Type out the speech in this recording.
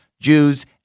Jews